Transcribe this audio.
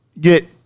get